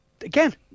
again